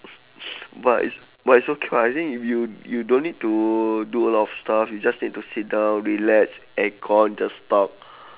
but it's but it's okay [what] I think you you don't need to do a lot of stuff you just need to sit down relax aircon just talk